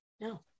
No